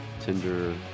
tinder